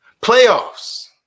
Playoffs